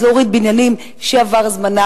אז להוריד בניינים שעבר זמנם,